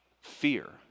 fear